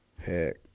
Heck